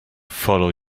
follow